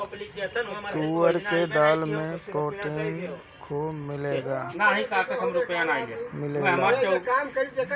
तुअर के दाली में प्रोटीन खूब मिलेला